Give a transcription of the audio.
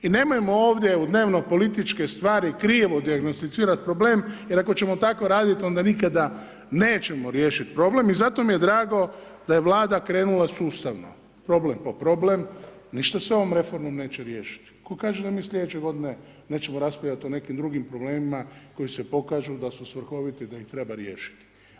I nemojmo ovdje u dnevno političke stvari krivo dijagnosticirati problem jer ako ćemo tako raditi onda nikada nećemo riješiti problem i zato mi je drago da je Vlada krenula sustavno, problem po problem, ništa se ovom reformom neće riješiti, tko kaže da mi slijedeće godine nećemo raspravljati o nekakvim drugim problemima koji se pokažu da su svrhoviti, da ih treba riješiti?